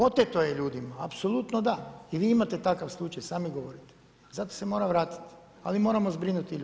Oteto je ljudima, apsolutno da i vi imate takav slučaj sami govorite, zato se mora vratiti, ali moramo zbrinuti ljude.